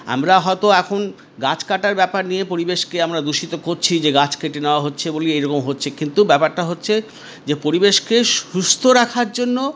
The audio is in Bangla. আমরা হয়তো এখন গাছ কাটার ব্যাপার নিয়ে পরিবেশকে আমরা দূষিত করছি যে গাছ কেটে নেওয়া হচ্ছে বলেই এইরকম হচ্ছে কিন্তু ব্যাপারটা হচ্ছে যে পরিবেশকে সুস্থ রাখার জন্য